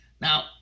now